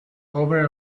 over